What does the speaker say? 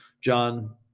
John